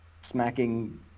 smacking